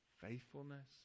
faithfulness